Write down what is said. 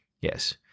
Yes